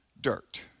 dirt